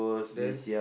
then